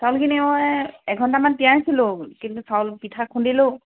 চাউলখিনি মই এঘণ্টামান তিয়াইছিলোঁ কিন্তু চাউল পিঠা খুন্দিলোঁ